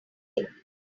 thing